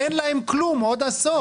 אין להן כלום עוד עשור.